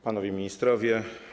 Panowie Ministrowie!